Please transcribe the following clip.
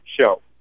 show